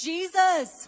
Jesus